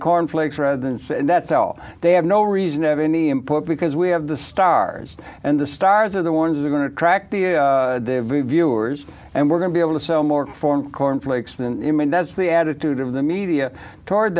cornflakes rather than say and that's all they have no reason to have any input because we have the stars and the stars are the ones that are going to attract the viewers and we're going to be able to sell more form cornflakes than him and that's the attitude of the media toward